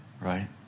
right